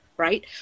right